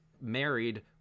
married